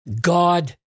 God